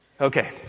Okay